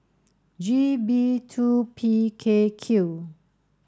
G B two P K Q